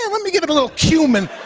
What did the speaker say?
let me give it a little cumin.